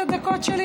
תלכי על מה שקל.